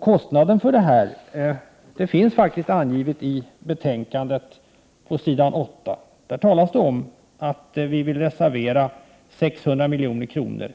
Kostnaderna för detta förslag finns faktiskt redovisade i betänkandet på s. 8. Där talas om att vi vill reservera 600 milj.kr.